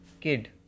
kid